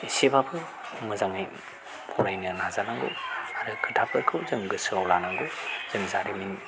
एसेबाबो मोजाङै फरायनो नाजानांगौ आरो खोथाफोरखौ जों गोसोआव लानांगौ जों जारिमिन